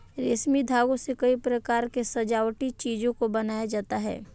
रेशमी धागों से कई प्रकार के सजावटी चीजों को बनाया जाता है